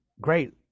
great